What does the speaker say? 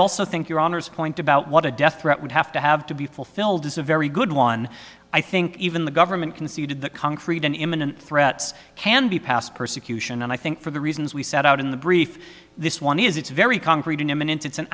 also think your honor's point about what a death threat would have to have to be fulfilled is a very good one i think even the government conceded that concrete an imminent threats can be passed persecution and i think for the reasons we set out in the brief this one is it's very concrete and imminent it's an